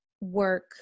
work